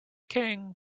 king